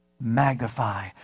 Magnify